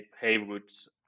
Haywood's